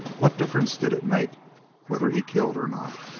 what difference did it make whether he killed or not?